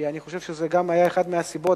כי אני חושב שזו גם היתה אחת מהסיבות: